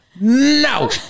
no